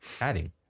adding